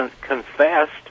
confessed